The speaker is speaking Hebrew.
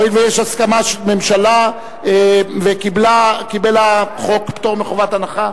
הואיל ויש הסכמה של הממשלה וקיבל החוק פטור מחובת הנחה,